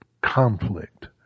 conflict